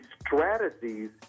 strategies